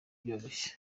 byoroshye